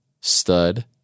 Stud